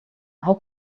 how